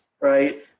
right